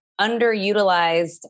underutilized